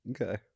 Okay